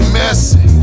messy